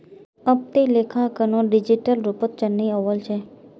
अब त लेखांकनो डिजिटल रूपत चनइ वल छ